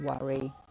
worry